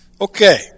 Okay